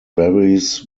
varies